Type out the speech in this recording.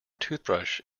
toothbrush